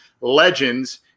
legends